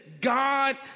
God